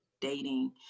dating